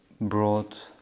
brought